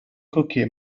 cookie